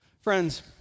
Friends